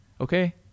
Okay